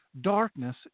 darkness